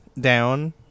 down